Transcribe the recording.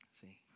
See